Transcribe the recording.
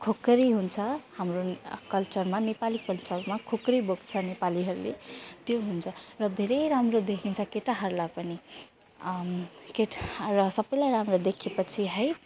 खुकुरी हुन्छ हाम्रो कल्चरमा नेपाली कल्चरमा खुकुरी बोक्छ नेपालीहरूले त्यो हुन्छ र धेरै राम्रो देखिन्छ केटाहरूलाई पनि केट सबैलाई राम्रो देखिएपछि है